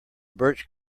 birch